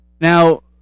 Now